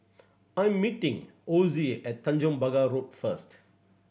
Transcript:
I am meeting Osie at Tanjong Pagar Road first